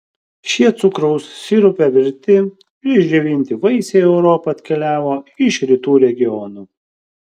šie cukraus sirupe virti ir išdžiovinti vaisiai į europą atkeliavo iš rytų regionų